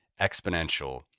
exponential